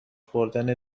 بردن